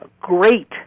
great